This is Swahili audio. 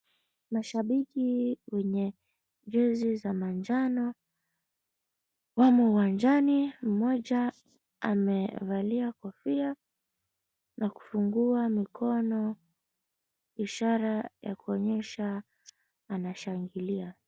Mashabiki wenye jezi za manjano wamo uwanjani. Mmoja amevalia kofia na kufungua mikono, ishara ya kuonyesha anashangilia.